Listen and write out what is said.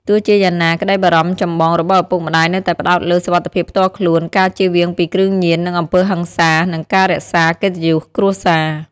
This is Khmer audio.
ទោះជាយ៉ាងណា ក្តីបារម្ភចម្បងរបស់ឪពុកម្តាយនៅតែផ្តោតលើ សុវត្ថិភាពផ្ទាល់ខ្លួន ការជៀសវាងពី គ្រឿងញៀន និង អំពើហិង្សា និងការរក្សា កិត្តិយសគ្រួសារ ។